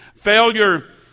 Failure